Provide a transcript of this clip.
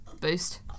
boost